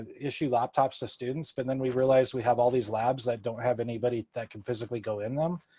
issue laptops to students. but then we realized we have all these labs that don't have anybody that can physically go in them.